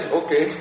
okay